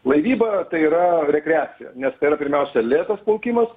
laivyba tai yra rekreacija nes pirmiausia lėtas plaukimas